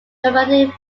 nomadic